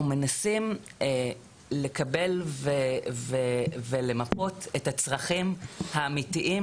אנחנו מנסים לקבל ולמפות את הצרכים האמיתיים